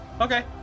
Okay